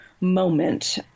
moment